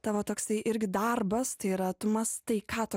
tavo toksai irgi darbas tai yra tu mąstai ką tu